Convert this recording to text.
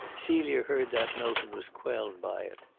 celia heard that note and was quelled by it.